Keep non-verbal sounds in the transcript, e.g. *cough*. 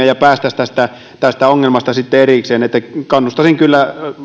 *unintelligible* ja päästäisiin sitten tästä ongelmasta eroon kannustaisin kyllä